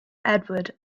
edward